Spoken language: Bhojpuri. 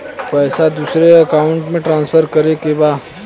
पैसा दूसरे अकाउंट में ट्रांसफर करें के बा?